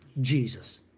Jesus